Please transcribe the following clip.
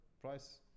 price